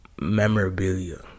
memorabilia